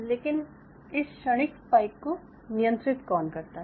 लेकिन इस क्षणिक स्पाइक को नियंत्रित कौन करता है